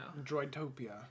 Droidtopia